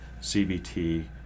CBT